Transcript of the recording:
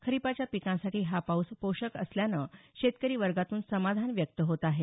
खरीपाच्या पिकांसाठी हा पाऊस पोषक असल्यानं शेतकरी वर्गातून समाधान व्यक्त होत आहे